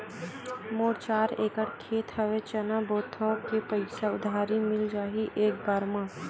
मोर चार एकड़ खेत हवे चना बोथव के पईसा उधारी मिल जाही एक बार मा?